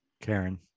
Karen